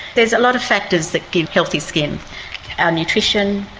there's a lot of factors that give healthy skin our nutrition,